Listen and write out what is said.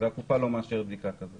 והקופה לא מאשרת בדיקה כזאת?